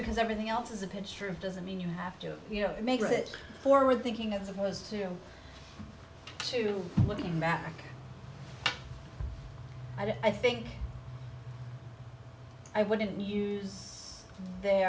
because everything else is a picture of doesn't mean you have to you know make it forward thinking as opposed to to looking back i think i wouldn't use the